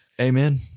Amen